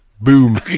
Boom